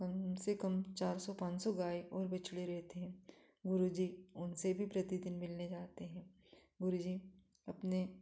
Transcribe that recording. कम से कम चार सौ पाँच सौ गाय और बछड़े रहते हैं है गुरुजी उनसे भी प्रतिदिन मिलने जाते हैं गुरु जी अपने